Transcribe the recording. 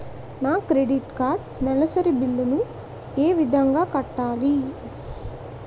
నా credit card నెలసరి bill ని ఏ విధంగా కట్టాలి?